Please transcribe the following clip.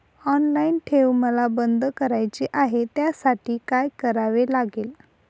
Online ठेव मला बंद करायची आहे, त्यासाठी काय करावे लागेल?